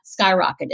skyrocketed